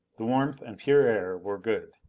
the warmth and pure air were good.